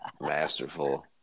masterful